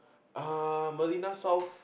ah Marina-South